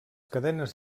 cadenes